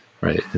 right